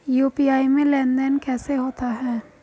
UPI में लेनदेन कैसे होता है?